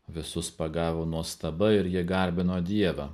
visus pagavo nuostaba ir jie garbino dievą